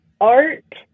art